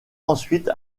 ensuite